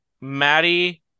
maddie